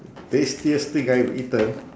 tastiest thing I have eaten